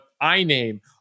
I-name